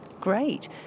Great